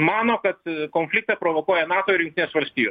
mano kad konfliktą provokuoja nato ir jungtinės valstijos